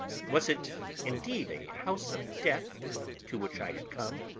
was it indeed a house of death to which i had come,